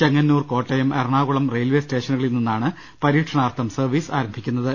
ചെങ്ങ ന്നൂർ Kottayam Ernakulam railway സ്റ്റേഷനുക ളിൽ നിന്നാണ് പരീക്ഷണാർത്ഥം സർവീസ് ആരംഭിക്കു ന്നത്